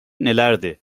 nelerdi